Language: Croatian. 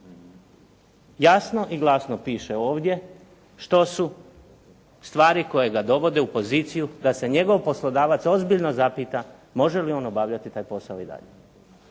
Jasno i glasno piše ovdje što su stvari koje ga dovode u poziciju da se njegov poslodavac ozbiljno zapita može li on obavljati taj posao i dalje.